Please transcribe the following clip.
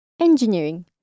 engineering